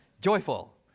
joyful